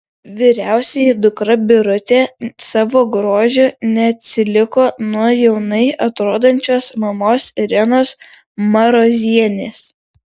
vyriausioji dukra birutė savo grožiu neatsiliko nuo jaunai atrodančios mamos irenos marozienės